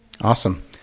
Awesome